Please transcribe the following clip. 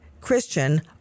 christian